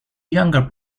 younger